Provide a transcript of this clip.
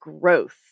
growth